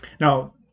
Now